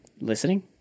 Listening